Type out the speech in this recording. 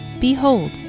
Behold